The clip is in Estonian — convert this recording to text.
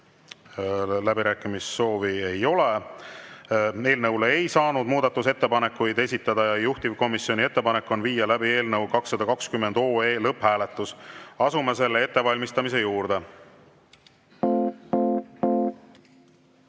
Läbirääkimissoovi ei ole. Eelnõu kohta ei saanud muudatusettepanekuid esitada ja juhtivkomisjoni ettepanek on viia läbi eelnõu 221 lõpphääletus. Asume selle ettevalmistamise